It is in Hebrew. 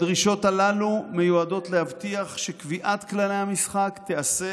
הדרישות הללו מיועדות להבטיח שקביעת כללי המשחק תיעשה